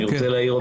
אני רוצה להעיר,